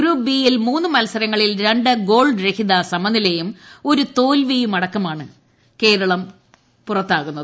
group ബിയിൽ മൂന്ന് മത്സരങ്ങളിൽ രണ്ട് ഗോൾ രഹിത സമനിലയും ഒരു തോൽവിയുമടക്കമാണ് കേരളം പുറത്താകുന്നത്